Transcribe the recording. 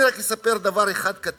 אני רק אספר דבר קטן אחד.